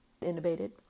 innovated